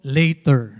later